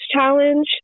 challenge